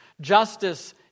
Justice